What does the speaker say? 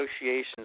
associations